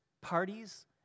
parties